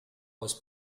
was